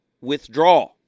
withdraw